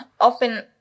often